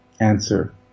answer